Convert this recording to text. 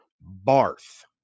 Barth